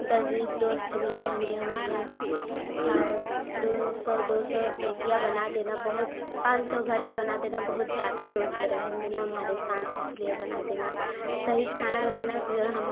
दस बीस दोस्त भी रहेंगे हमारे खा दो सौ दो सौ रुपिया बना देना बहुत पाँच सौ भर कर बना देना बहुत ज़्यादा दोस्त रहेंगे न हमारे साथ इसलिए बना देना सही से खाना बनाना जना हमार